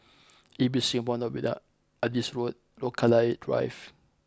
Ibis Singapore Novena Adis Road Rochalie Drive